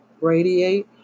radiate